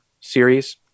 series